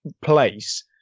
place